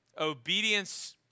Obedience